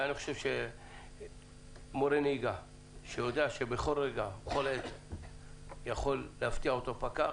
אני חושב שמורה נהיגה שיודע שבכל רגע יכול להפתיע אותו פקח,